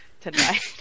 tonight